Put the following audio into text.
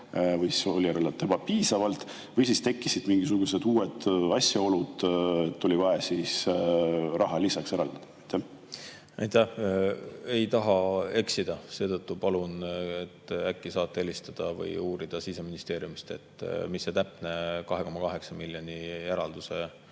või oli eraldatud ebapiisavalt? Või tekkisid mingisugused uued asjaolud, et oli vaja raha lisaks eraldada? Aitäh! Ei taha eksida, seetõttu palun, et äkki saate helistada või uurida Siseministeeriumist, mis see täpne 2,8 miljoni eralduse